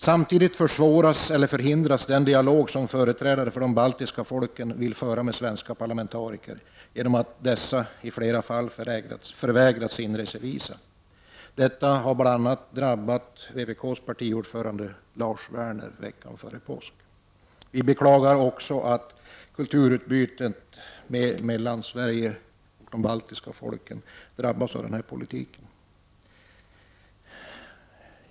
Samtidigt försvåras eller förhindras den dialog som företrädare för de baltiska folken vill föra med svenska parlamentariker genom att dessa i flera fall förvägrats inresevisa. Detta drabbade bl.a. vpk:s partiordförande Lars Werner veckan före påsk. Vi beklagar också att kulturutbytet mellan Sverige och de baltiska staterna drabbas av denna politik.